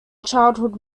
childhood